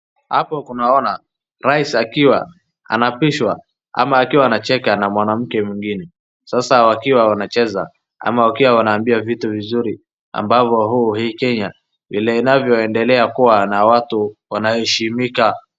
Hapo tunaona rais akiwa anaapishwa ama akiwa anacheka na mwanamke mwingine. Sasa wakiwa wanacheza ama wakiwa wanaambiwa vitu vizuri ambavo huu hii Kenya vile inavyoendelea kuwa na watu wanaheshimika.